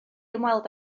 ymweld